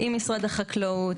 עם משרד החקלאות,